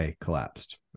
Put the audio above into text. collapsed